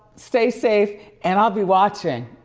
stay safe and i'll be watching.